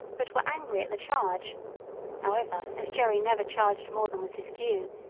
but were angry at the charge however, as jerry never charged more than was his due,